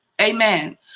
Amen